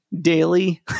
daily